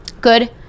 Good